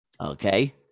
Okay